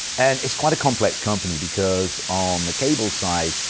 and it's quite a complex company because, on the cable side,